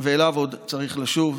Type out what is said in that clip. ושאליו עוד צריך לשוב.